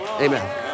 Amen